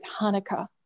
Hanukkah